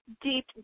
deep